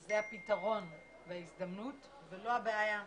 זה הפתרון וההזדמנות ולא הבעיה,